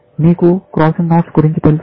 మీకు cross knots గురించి తెలుసా